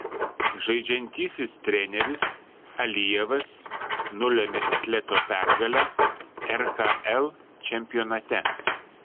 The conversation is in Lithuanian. žaidžiantysis treneris alijevas nulėmė atleto pergalę rkl čempionate